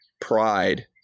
pride